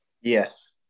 Yes